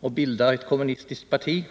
och bilda ett kommunistiskt parti.